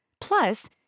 Plus